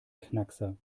knackser